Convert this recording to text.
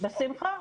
בשמחה.